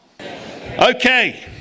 okay